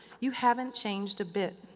you haven't changed a bit.